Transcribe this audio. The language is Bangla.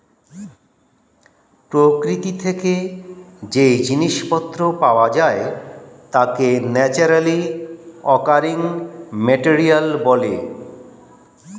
প্রকৃতি থেকে যেই জিনিস পত্র পাওয়া যায় তাকে ন্যাচারালি অকারিং মেটেরিয়াল বলে